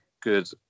good